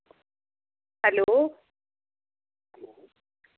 hello